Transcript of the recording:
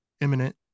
imminent